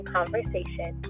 Conversation